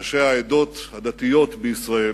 ראשי העדות הדתיות בישראל,